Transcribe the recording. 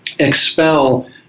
expel